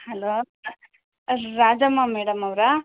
hello Radhamma ಮೇಡಮ್ಮವರಾ